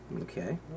Okay